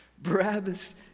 Barabbas